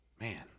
man